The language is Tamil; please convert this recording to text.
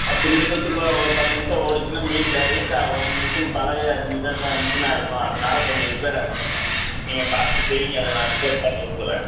பத்து நிமிஷத்துக்கெலாம் ஒரு பத்து நிமிஷம் ஓடுச்சுன்னா மீட்டர் ஹீட்டாகும் மிசின் பழைய மிசினாக இருக்கும் அதனால கொஞ்சம் ரிப்பேராக இருக்குதுங்க நீங்கள் பார்த்து செய்யுங்க அதை நான் ரிப்பேர் பார்த்து கொடுத்தர்றேன்